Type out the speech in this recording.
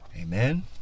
Amen